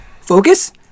focus